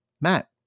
Matt